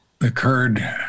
occurred